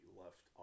left